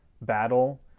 battle